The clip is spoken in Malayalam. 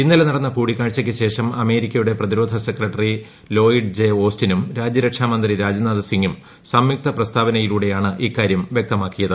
ഇന്നലെ നടന്ന കൂടിക്കാഴ്ചയ്ക്ക് ശേഷം അമേരിക്കയുടെ പ്രതിരോധ സെക്രട്ടറി ലോയിഡ് ജെ ഓസ്റ്റിനും രാജ്യരക്ഷാമന്ത്രി രാജ്നാഥ് സിങ്ങും സംയുക്ത പ്രസ്താവനയിലൂടെയാണ് ഇക്കാര്യം വ്യക്തമാക്കിയത്